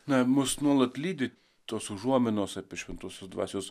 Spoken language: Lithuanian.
na mus nuolat lydi tos užuominos apie šventosios dvasios